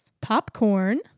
popcorn